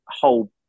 whole